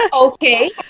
Okay